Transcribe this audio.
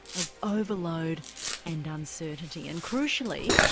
of overload and uncertainty. and crucially,